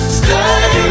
stay